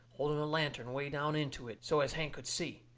holding a lantern way down into it, so as hank could see.